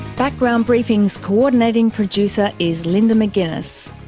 background briefing's coordinating producer is linda mcginness,